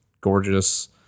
gorgeous